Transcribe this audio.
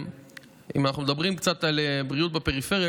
אם אנחנו מדברים קצת על בריאות בפריפריה,